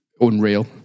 unreal